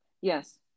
Yes